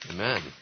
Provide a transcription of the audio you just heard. Amen